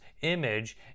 image